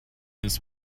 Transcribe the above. this